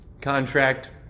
contract